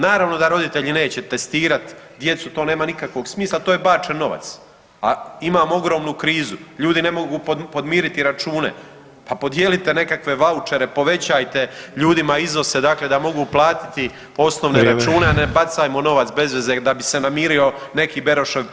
Naravno da roditelji neće testirati djecu, to nema nikakvog smisla, to je bačen novac, a imamo ogromnu krizu, ljudi ne mogu podmiriti račune, pa podijelite nekakve vaučere, povećajte ljudima iznose dakle da mogu platiti osnovne račune [[Upadica: Vrijeme.]] a ne bacajmo novac bez veze da bi se namiro neki Berošev prijatelj.